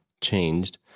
changed